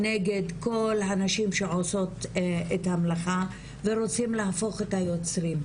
נגד כל הנשים שעושות את המלאכה ורוצים להפוך את היוצרות.